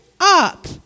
up